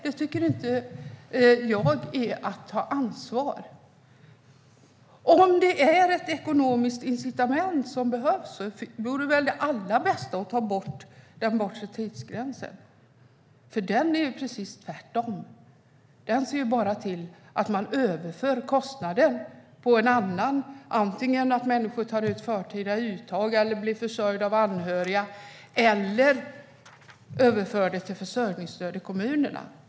Det är inte att ta ansvar. Om ett ekonomiskt incitament behövs är det allra bästa att ta bort den bortre tidsgränsen, för den gör precis tvärtom. Den överför bara kostnader på annat. Antingen gör människor förtida uttag, blir försörjda av anhöriga eller överförs till försörjningsstöd i kommunerna.